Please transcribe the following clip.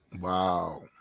Wow